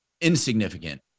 insignificant